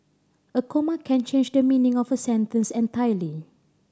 a comma can change the meaning of a sentence entirely